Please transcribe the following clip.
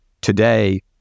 today